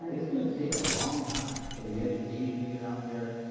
it's going to take a long time for the education to get out there.